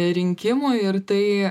rinkimų ir tai